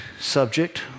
subject